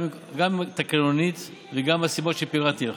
גם תקנונית וגם מהסיבות שפירטתי לך.